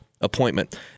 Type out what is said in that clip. appointment